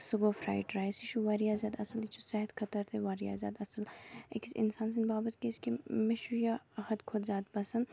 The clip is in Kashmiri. سُہ گوٚو فرایِڈ رایِس یہِ چھُ واریاہ زیادٕ اصل یہِ چھُ صحیت خٲطرٕتہِ واریاہ زیادٕ اصل أِکِس انسان سٕندۍ باپتھ کیازِ کہِ مےٚ چھُ یہِ حد کھۄتہٕ تہِ زیادٕ پسند